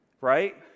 Right